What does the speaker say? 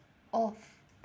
off